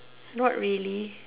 not really